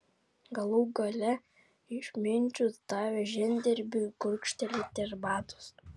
galų gale išminčius davė žemdirbiui gurkštelėti arbatos